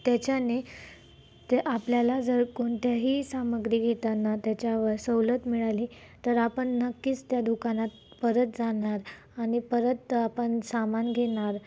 त्याच्याने ते आपल्याला जर कोणत्याही सामग्री घेताना त्याच्यावर सवलत मिळाली तर आपण नक्कीच त्या दुकानात परत जाणार आणि परत आपण सामान घेणार